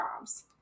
jobs